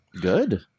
Good